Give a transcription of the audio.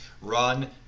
Run